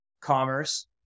commerce